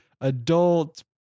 adult